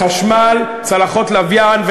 חשמל, צלחות לוויין.